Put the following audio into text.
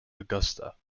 augusta